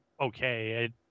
okay